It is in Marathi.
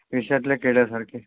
विषातल्या किड्यासारखे